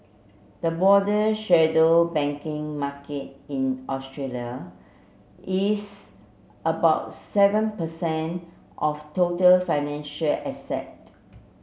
the broader shadow banking market in Australia is about seven per cent of total financial asset